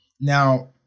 Now